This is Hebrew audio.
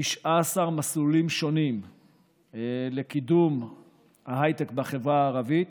19 מסלולים שונים לקידום ההייטק בחברה הערבית